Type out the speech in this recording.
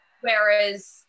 Whereas